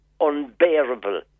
unbearable